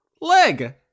Leg